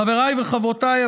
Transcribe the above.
חבריי וחברותיי,